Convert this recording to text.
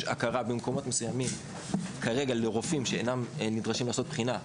הכרה במקומות מסוימים לרופאים שאינם נדרשים לעשות בחינה,